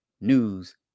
news